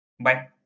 Bye